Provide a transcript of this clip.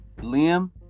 Liam